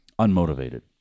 unmotivated